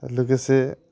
लोगोसे